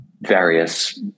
various